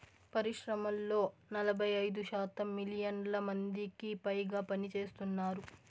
పరిశ్రమల్లో నలభై ఐదు శాతం మిలియన్ల మందికిపైగా పనిచేస్తున్నారు